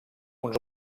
uns